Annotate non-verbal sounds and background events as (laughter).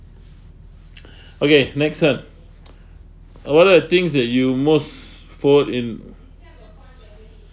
(breath) okay next one (breath) uh what are the things that you most follow in